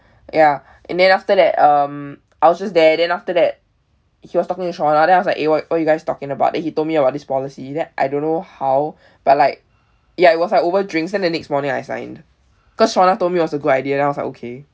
ya and then after that um I was just there then after that he was talking to shauna then I was like eh what you what you guys talking about then he told me about this policy then I don't know how but like ya it was like over drinks then next morning I signed because shauna told me it was a good idea then I was like okay